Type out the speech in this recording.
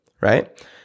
right